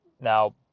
Now